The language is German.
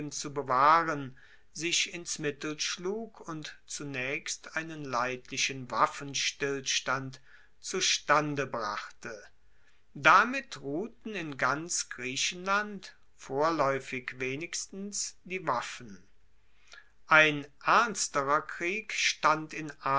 zu bewahren sich ins mittel schlug und zunaechst einen leidlichen waffenstillstand zustande brachte damit ruhten in ganz griechenland vorlaeufig wenigstens die waffen ein ernsterer krieg stand in